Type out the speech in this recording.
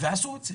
ועשו את זה